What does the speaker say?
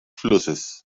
flusses